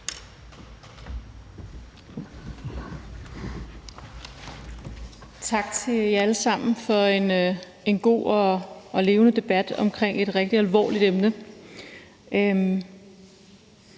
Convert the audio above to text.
Tak til jer alle sammen for en god og levende debat om et rigtig alvorligt emne.